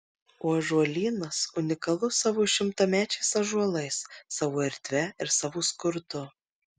o ąžuolynas unikalus savo šimtamečiais ąžuolais savo erdve ir savo skurdu